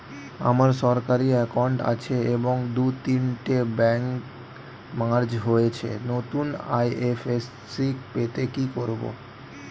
আমার সরকারি একাউন্ট আছে এবং দু তিনটে ব্যাংক মার্জ হয়েছে, নতুন আই.এফ.এস.সি পেতে কি করব?